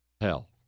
Hell